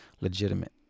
legitimate